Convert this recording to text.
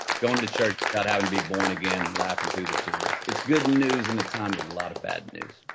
going to church without having to be born again. laughing through the tears. it's good news in a time of but a lot of bad news.